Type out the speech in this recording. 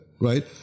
Right